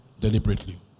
deliberately